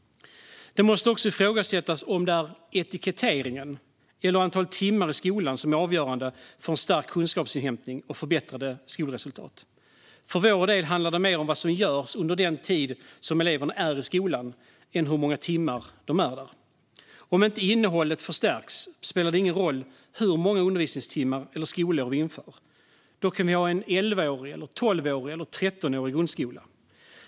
Det måste också ifrågasättas om det är etiketteringen eller antalet timmar i skolan som är avgörande för en stark kunskapsinhämtning och förbättrade skolresultat. För vår del handlar det mer om vad som görs under den tid som eleverna är i skolan än hur många timmar de är där. Om inte innehållet förstärks spelar det ingen roll hur många undervisningstimmar eller skolår vi inför. Då kan vi ha en elva, tolv eller trettonårig grundskola.